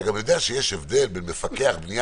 אתה גם יודע שיש הבדל בין מפקח בנייה